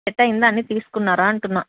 set అయిందా అన్ని తీసుకున్నారా అంటున్నా